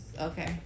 Okay